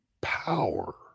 power